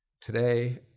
today